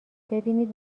ببینید